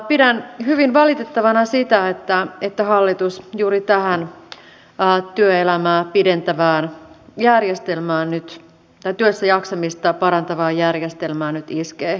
pidän hyvin valitettavana sitä että hallitus juuri tähän vaan työelämää pidentävään järjestelmä on yksi työssäjaksamista parantavaan järjestelmään nyt iskee kyntensä